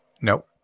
No